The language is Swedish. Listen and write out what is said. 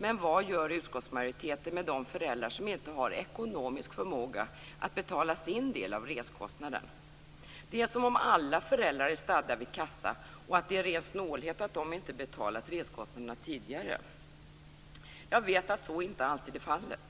Men vad gör utskottsmajoriteten med de föräldrar som inte har ekonomisk förmåga att betala sin del av reskostnaderna? Det är som om alla föräldrar vore stadda vid kassa och att de av ren snålhet inte har betalat reskostnaderna tidigare. Jag vet att så inte alltid är fallet.